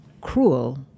cruel